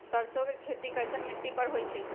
सरसों के खेती कैसन मिट्टी पर होई छाई?